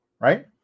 Right